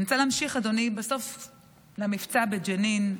אני רוצה להמשיך, אדוני, למבצע בג'נין,